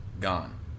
gone